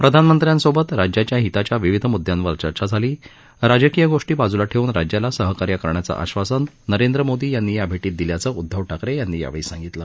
प्रधानमंत्र्यासोबत राज्याच्या हिताच्या विविध मुद्द्यांवर चर्चा झाली राजकीय गोष्टी बाजूला ठेऊन राज्याला सहकार्य करण्याचं आश्वासन नरेंद्र मोदी यांनी या भेटीत दिल्याचं उद्धव ठाकरे यांनी यावेळी सांगितलं